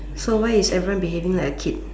so why is everyone behaving like a kid